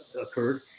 occurred